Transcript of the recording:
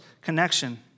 connection